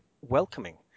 welcoming